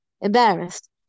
embarrassed